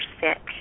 sick